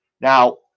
Now